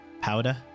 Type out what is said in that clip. powder